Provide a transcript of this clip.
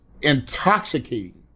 intoxicating